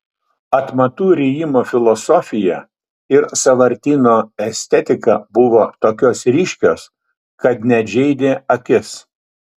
atmatų rijimo filosofija ir sąvartyno estetika buvo tokios ryškios kad net žeidė akis